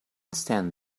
stand